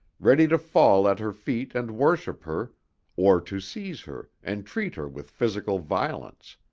ready to fall at her feet and worship her or to seize her and treat her with physical violence.